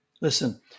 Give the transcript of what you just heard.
Listen